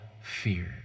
fear